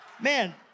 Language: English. Man